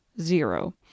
Zero